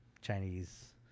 Chinese